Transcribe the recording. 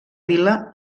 vila